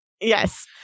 Yes